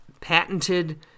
patented